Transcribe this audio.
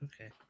Okay